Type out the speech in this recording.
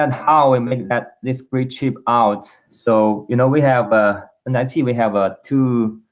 um how i mean at this bridge chip out so you know we have ah ninety we have ah two